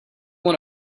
want